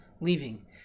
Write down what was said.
leaving